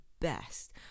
best